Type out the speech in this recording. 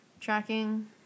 tracking